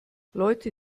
leute